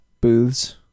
booths